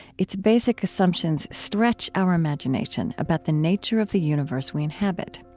its basic assumptions stretch our imagination about the nature of the universe we inhabit.